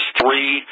three